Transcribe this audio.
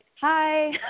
hi